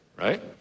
right